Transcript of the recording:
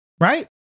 right